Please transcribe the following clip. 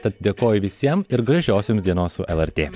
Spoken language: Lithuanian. tad dėkoju visiem ir gražios jums dienos su lrt